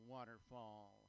Waterfall